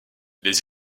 les